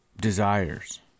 desires